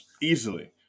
easily